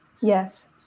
Yes